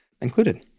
included